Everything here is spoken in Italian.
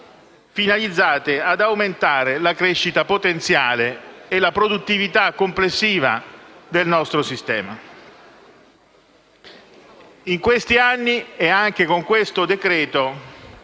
finalizzate ad aumentare la crescita potenziale e la produttività complessiva del nostro sistema. In questi anni e con questo